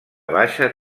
baixa